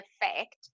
effect